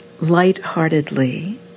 lightheartedly